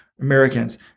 Americans